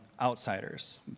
outsiders